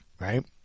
right